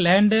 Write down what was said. lander